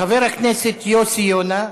חבר הכנסת יוסי יונה,